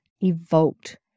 evoked